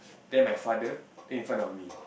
then my father then in front of me